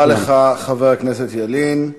תודה רבה לך, חבר הכנסת ילין.